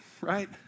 right